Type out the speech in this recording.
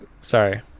sorry